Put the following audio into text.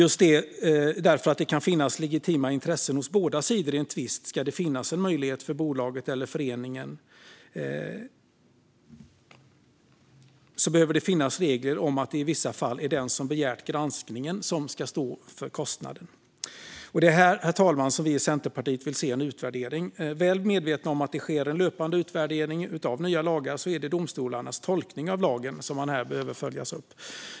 Just därför att det kan finnas legitima intressen hos båda sidor i en tvist behöver det finns regler om att det i vissa fall är den som begärt granskningen som ska stå för kostnaden. Det är här, fru talman, som vi i Centerpartiet vill se en utvärdering. Väl medvetna om att det sker en löpnande utvärdering av nya lagar menar vi att det är domstolarnas tolkning av lagen som här behöver följas upp.